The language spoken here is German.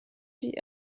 die